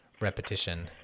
repetition